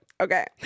Okay